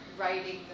writing